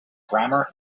grammar